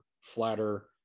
flatter